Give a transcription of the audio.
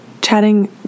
chatting